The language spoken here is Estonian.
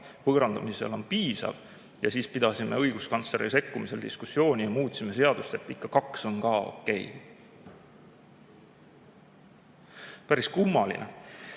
võõrandamisel on piisav, siis pidasime õiguskantsleri sekkumise tõttu diskussiooni ja muutsime seadust, et ikka kaks on ka okei. Päris kummaline.